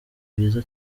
byiza